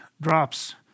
drops